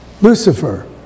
Lucifer